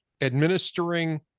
administering